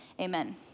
amen